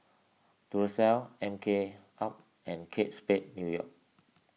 Duracell M K up and Kate Spade New York